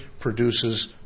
produces